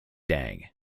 dang